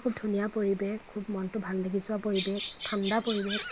খুব ধুনীয়া পৰিৱেশ খুব মনটো ভাল লাগি যোৱা পৰিৱেশ ঠাণ্ডা পৰিৱেশ